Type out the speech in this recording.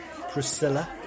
Priscilla